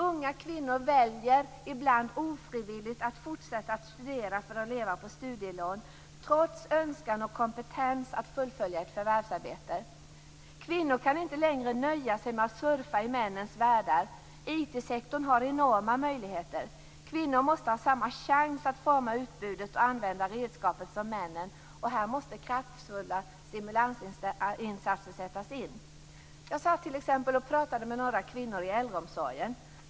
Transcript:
Unga kvinnor väljer, ibland ofrivilligt, att fortsätta att studera för att leva på studielån, trots en önskan om och kompetens för ett förvärvsarbete. Kvinnor kan inte längre nöja sig med att surfa i männens världar. IT-sektorn har enorma möjligheter. Kvinnor måste ha samma chans att forma utbudet och använda redskapet som männen. Här måste kraftfulla stimulansåtgärder sättas in. Jag satt t.ex. och pratade med några kvinnor i äldreomsorgen.